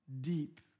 deep